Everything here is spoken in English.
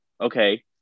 okay